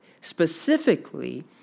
Specifically